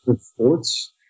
sports